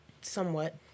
somewhat